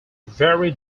very